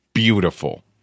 Beautiful